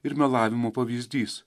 ir melavimo pavyzdys